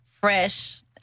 fresh